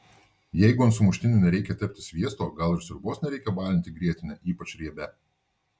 jeigu ant sumuštinių nereikia tepti sviesto gal ir sriubos nereikia balinti grietine ypač riebia